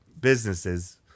businesses